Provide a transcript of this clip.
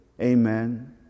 Amen